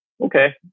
Okay